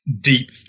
deep